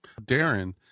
Darren